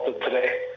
today